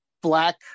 black